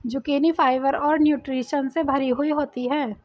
zucchini fibre और nutritions से भरी हुई होती है